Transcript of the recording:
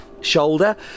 shoulder